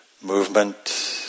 movement